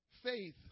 Faith